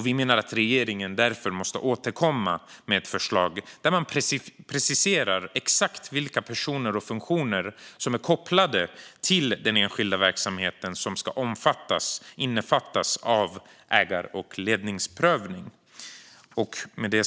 Vi menar att regeringen därför måste återkomma med ett förslag där man preciserar exakt vilka personer och funktioner som är kopplade till den enskilda verksamheten som ska omfattas av ägar och ledningsprövningen.